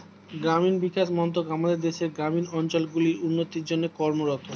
গ্রামীণ বিকাশ মন্ত্রক আমাদের দেশের গ্রামীণ অঞ্চলগুলির উন্নতির জন্যে কর্মরত